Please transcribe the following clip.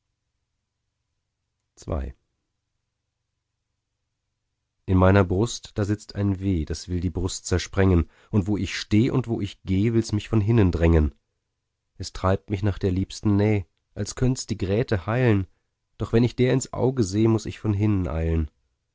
in meiner brust da sitzt ein weh das will die brust zersprengen und wo ich steh und wo ich geh will's mich von hinnen drängen es treibt mich nach der liebsten näh als könnts die grete heilen doch wenn ich der ins auge seh muß ich von hinnen eilen